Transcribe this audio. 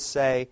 say